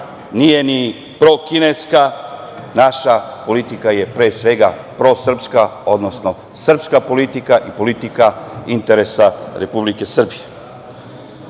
nije ni prokineska, naša politika je, pre svega prosrpska, odnosno srpska politika i politika interesa Republike Srbije. Srbija